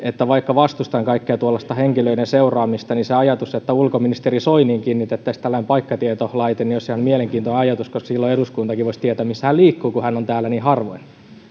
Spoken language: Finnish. että vaikka vastustan kaikkea tuollaista henkilöiden seuraamista niin se että ulkoministeri soiniin kiinnitettäisiin tällainen paikkatietolaite olisi ihan mielenkiintoinen ajatus koska silloin eduskuntakin voisi tietää missä hän liikkuu kun hän on täällä niin harvoin